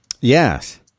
yes